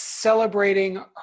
celebrating